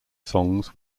songs